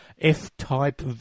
F-Type